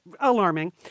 alarming